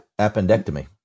appendectomy